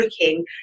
looking